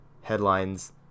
headlines